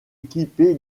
équipé